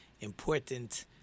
important